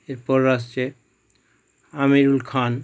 এরপর আসছে আমিরুল খান